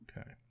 okay